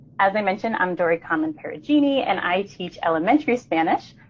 as i mentioned, i'm dory conlon perugini and i teach elementary spanish.